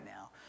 now